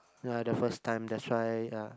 ya the first time that's why ya